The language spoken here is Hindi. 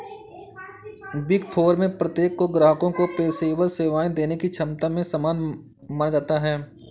बिग फोर में प्रत्येक को ग्राहकों को पेशेवर सेवाएं देने की क्षमता में समान माना जाता है